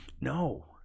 No